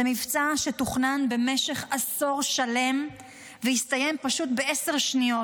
זה מבצע שתוכנן במשך עשור שלם והסתיים פשוט בעשר שניות.